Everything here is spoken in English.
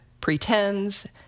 pretends